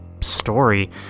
story